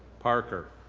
parker,